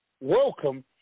welcome